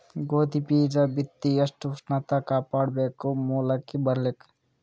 ಗೋಧಿ ಬೀಜ ಬಿತ್ತಿ ಎಷ್ಟ ಉಷ್ಣತ ಕಾಪಾಡ ಬೇಕು ಮೊಲಕಿ ಬರಲಿಕ್ಕೆ?